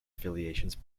affiliations